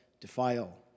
defile